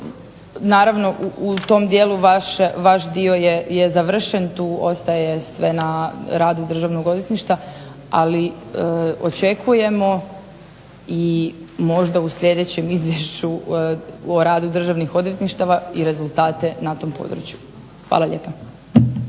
naravno u tom dijelu vaš dio je završen, tu ostaje sve na radu Državnog odvjetništva, ali očekujemo i možda u sljedećem Izvješću o radu državnih odvjetništava i rezultate na tom području. Hvala lijepa.